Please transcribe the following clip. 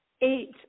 Eight